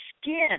skin